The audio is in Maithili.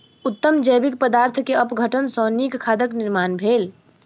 उत्तम जैविक पदार्थ के अपघटन सॅ नीक खादक निर्माण भेल